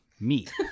meat